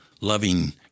loving